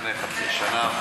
לפני חצי שנה,